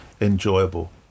enjoyable